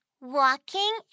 walking